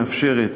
מאפשרת